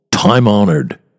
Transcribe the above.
time-honored